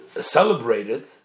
celebrated